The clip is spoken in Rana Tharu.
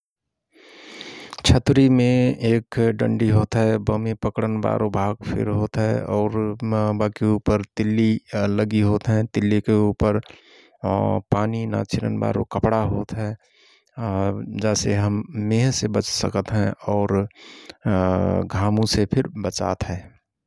छतुरीमें एक डन्डी होत हय । बामे पकणन बारो भाग फिर होतहय । और बाके उपर तिल्ली लगि होत हय । तिल्लीके उपर पानी ना छिरन बारो कपडा होत हय । जासे हम मेह से बचसकत हयं और घामुसे फिर बचात हय ।